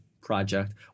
project